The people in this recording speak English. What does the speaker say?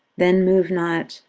then move not,